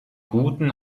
guten